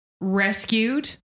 rescued